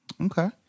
Okay